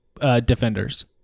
defenders